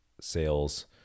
sales